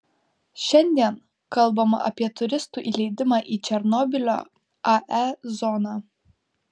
šiandien kalbama apie turistų įleidimą į černobylio ae zoną